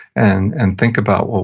and and think about, well,